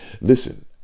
listen